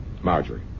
Marjorie